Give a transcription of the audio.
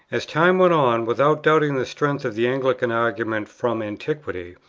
as time went on, without doubting the strength of the anglican argument from antiquity,